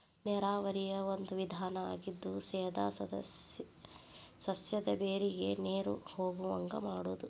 ನೇರಾವರಿಯ ಒಂದು ವಿಧಾನಾ ಆಗಿದ್ದು ಸೇದಾ ಸಸ್ಯದ ಬೇರಿಗೆ ನೇರು ಹೊಗುವಂಗ ಮಾಡುದು